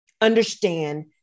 understand